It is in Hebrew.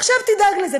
עכשיו תדאג לזה,